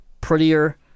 prettier